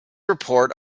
report